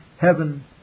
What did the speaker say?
heaven